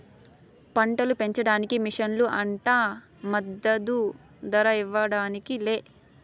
పంటలు పెంచడానికి మిషన్లు అంట మద్దదు ధర ఇవ్వడానికి లే